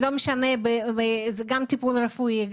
זה גם טיפול רפואי,